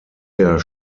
der